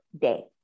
day